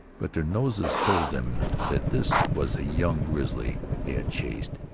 but their noses told them that this was a young grizzly they had chased,